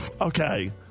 Okay